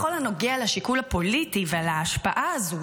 בכל הנוגע לשיקול הפוליטי ולהשפעה הזאת